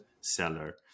seller